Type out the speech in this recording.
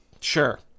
sure